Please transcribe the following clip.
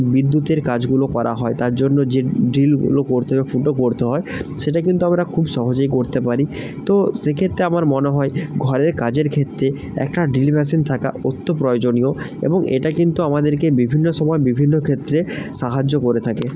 বিদ্যুতের কাজগুলো করা হয় তার জন্য যে ড্রিলগুলো করতে হয় ফুটো করতে হয় সেটা কিন্তু আমরা খুব সহজেই করতে পারি তো সেক্ষেত্রে আমার মনে হয় ঘরের কাজের ক্ষেত্রে একটা ড্রিল মেশিন থাকা অত্যন্ত প্রয়োজনীয় এবং এটা কিন্তু আমাদেরকে বিভিন্ন সময় বিভিন্ন ক্ষেত্রে সাহায্য করে থাকে